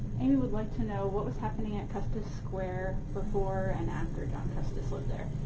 amy would like to know, what was happening at custis square before and after john custis lived there.